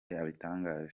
yabitangaje